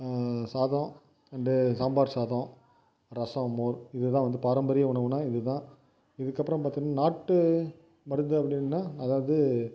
சாதம் அண்டு சாம்பார் சாதம் ரசம் மோர் இதுதான் வந்து பாரம்பரிய உணவுன்னால் இதுதான் இதுகப்பறம் பார்த்திங்கனா நாட்டு மருந்து அப்படின்னால் அதாவது